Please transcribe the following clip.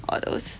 all those